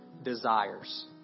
desires